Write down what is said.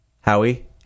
Howie